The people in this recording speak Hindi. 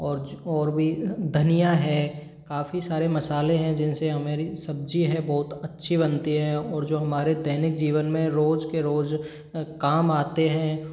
और जो और भी धनियाँ है काफ़ी सारे मसालें हैं जिनसे हमारी सब्जी है बहुत अच्छी बनती है और जो हमारे दैनिक जीवन में रोज के रोज काम आते हैं